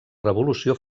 revolució